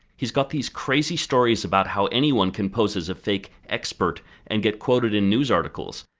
he's got these crazy stories about how anyone can pose as a fake expert and get quoted in news articles.